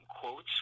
quotes